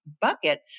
bucket